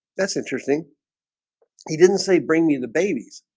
that's interesting he didn't say bring me the babies